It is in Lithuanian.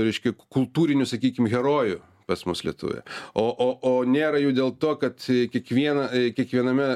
reiškia kultūrinių sakykim herojų pas mus lietuvoje o o o nėra jų dėl to kad kiekvieną kiekviename